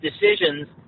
decisions –